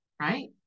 right